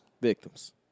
Victims